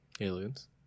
aliens